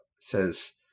says